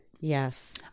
Yes